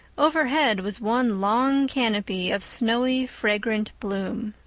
overhead was one long canopy of snowy fragrant bloom.